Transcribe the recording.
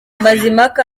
mazimhaka